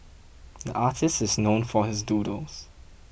the artist is known for his doodles